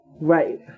Right